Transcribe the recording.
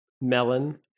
melon